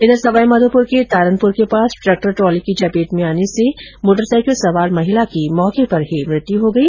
उधर सवाईमाधोपुर के तारनपुर के पास ट्रैक्टर ट्रोली की चपेट में आने से मोटरसाइकिल सवार महिला की मौके पर ही मृत्यू हो गई